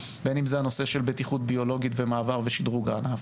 בין אם בטיחות ביולוגית ומעבר ושדרוג הענף,